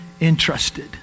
entrusted